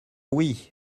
oui